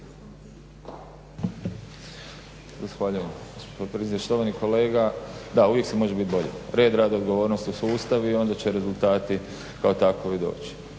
Hvala vam